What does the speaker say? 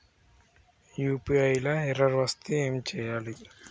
UPI లా error వస్తే ఏం చేయాలి?